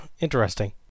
interesting